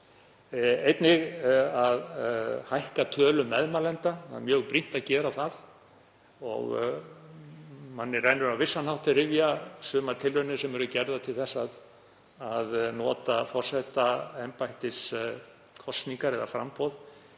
Einnig að hækka tölu meðmælenda, það er mjög brýnt að gera það. Manni rennur á vissan hátt rifja sumar tilraunir sem eru gerðar til að nota forsetaembættiskosningar eða -framboð